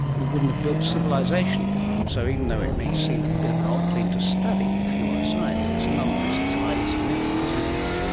we wouldn't have built civilisation. and so even though it may seem a bit of an odd thing to study if you're a scientist, nonetheless it's highly significant, isn't it.